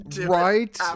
right